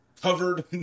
covered